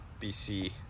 BC